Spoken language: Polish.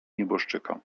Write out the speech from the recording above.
nieboszczyka